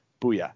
Booyah